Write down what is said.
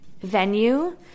venue